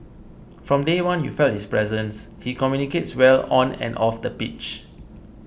from day one you felt his presence he communicates well on and off the pitch